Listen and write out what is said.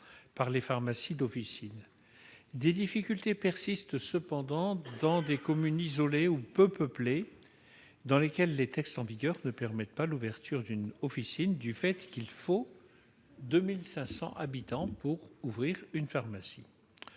par les pharmacies d'officine. Des difficultés persistent cependant dans des communes isolées ou peu peuplées, dans lesquelles les textes en vigueur ne permettent pas l'ouverture d'une officine, une population de 2 500 habitants étant requise.